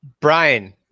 Brian